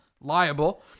liable